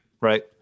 right